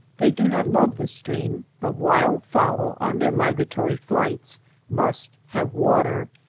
they do not love the stream, but wild fowl on their migratory flights must have water,